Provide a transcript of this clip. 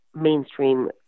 mainstream